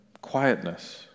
quietness